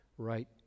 right